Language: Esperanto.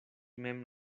mem